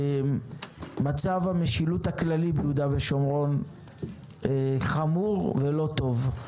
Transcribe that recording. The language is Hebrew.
מצב המשילות הכללי ביהודה ושומרון חמור ולא טוב.